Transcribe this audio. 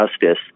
justice